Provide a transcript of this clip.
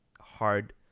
hard